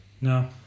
No